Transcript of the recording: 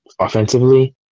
Offensively